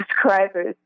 subscribers